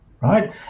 right